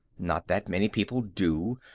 not that many people do,